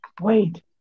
Wait